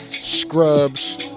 scrubs